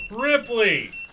Ripley